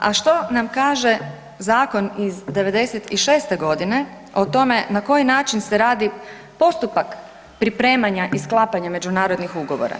A što nam kaže zakon iz '96.-te godine o tome na koji način se radi postupak pripremanja i sklapanja međunarodnih ugovora?